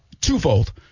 Twofold